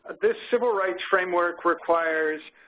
this civil rights framework requires,